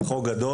זהו חוק גדול,